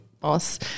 boss